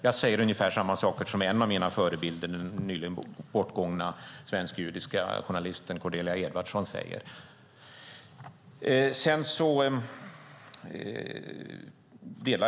Jag säger ungefär samma sak som en av mina förebilder, den nyligen bortgångna svensk-judiska journalisten Cordelia Edvardson, sade.